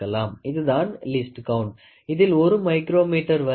இதுதான் least count இதில் ஒரு மைக்ரோமீட்டர் வரை இருக்கும்